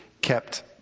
kept